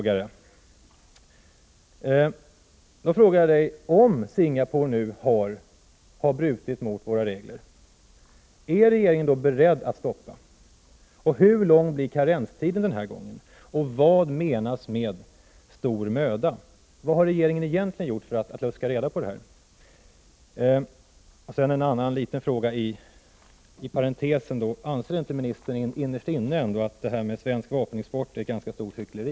Jag vill fråga statsrådet: Om Singapore har brutit mot våra regler, är regeringen då beredd att stoppa vapenexporten till det landet? Hur lång blir karenstiden denna gång? Vad menas med stor möda? Vad har regeringen egentligen gjort för att luska reda på detta? Jag vill ställa ännu en liten fråga: Anser inte ministern innerst inne att detta med svensk vapenexport är ett ganska stort hyckleri?